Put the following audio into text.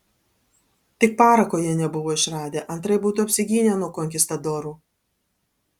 tik parako jie nebuvo išradę antraip būtų apsigynę nuo konkistadorų